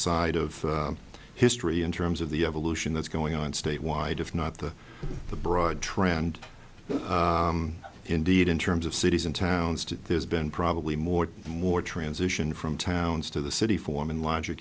side of history in terms of the evolution that's going on statewide if not the the broad trend indeed in terms of cities and towns to there's been probably more and more transition from towns to the city forming l